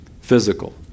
physical